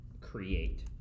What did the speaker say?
create